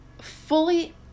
fully